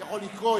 יכול לקרוא,